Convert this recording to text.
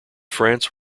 france